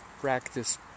practice